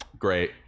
Great